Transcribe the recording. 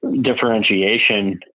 differentiation